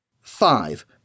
Five